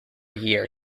year